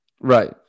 Right